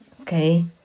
okay